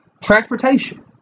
Transportation